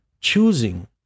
choosing